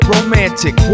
Romantic